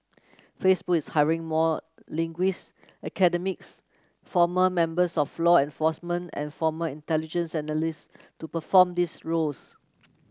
Facebook is hiring more linguist academics former members of law enforcement and former intelligence analyst to perform these roles